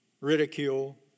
ridicule